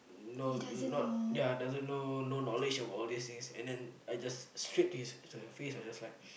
no not ya doesn't know know knowledge about all these things and then I just straight to his to her face I'm just like